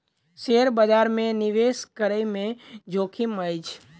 share बजार में निवेश करै में जोखिम अछि